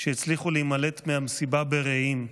שהצליחו להימלט מהמסיבה ברעים.